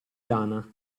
lana